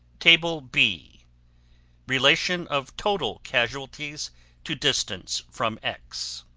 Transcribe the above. table b relation of total casualties to distance from x